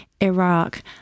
Iraq